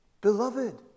beloved